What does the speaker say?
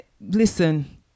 listen